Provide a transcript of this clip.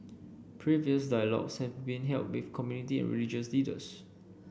previous dialogues have been held with community and religious leaders